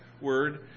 word